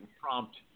prompt